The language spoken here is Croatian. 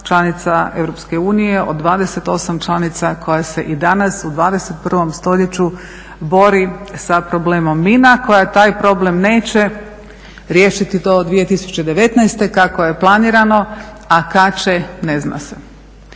članica EU od 28 članica koja se i danas u 21.stoljeću bori sa problemom mina koja taj problem neće riješiti do 2019.kako je planirano. A kada će? Ne zna se.